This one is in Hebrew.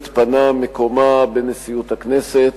התפנה מקומה בנשיאות הכנסת.